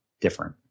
different